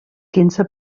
quinze